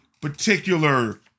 particular